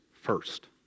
first